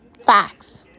Facts